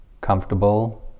comfortable